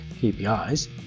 KPIs